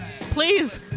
Please